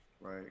right